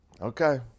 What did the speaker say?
Okay